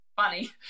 funny